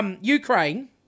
Ukraine